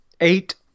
Eight